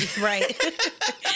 right